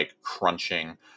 crunching